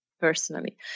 personally